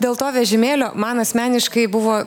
dėl to vežimėlio man asmeniškai buvo